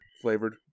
flavored